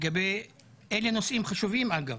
אלה נושאים חשובים אגב,